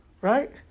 Right